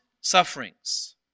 sufferings